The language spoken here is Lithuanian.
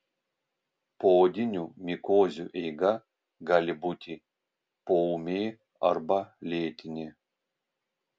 poodinių mikozių eiga gali būti poūmė arba lėtinė